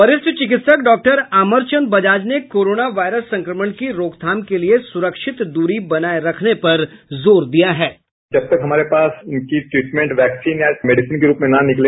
वरिष्ठ चिकित्सक डॉक्टर अमरचंद बजाज ने कोरोना वायरस संक्रमण की रोकथाम के लिए सुरक्षित दूरी बनाये रखने पर बल दिया है बाईट जब तक हमारे पास उनकी ट्रिटमेंट वैक्सीन या मेडिसिन के रूप में न निकले